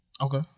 Okay